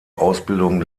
ausbildung